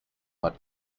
but